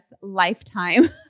lifetime